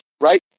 right